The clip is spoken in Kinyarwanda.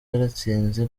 yaratsinze